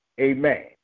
Amen